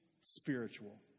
spiritual